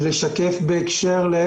לשקף בהקשר ל-?